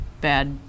bad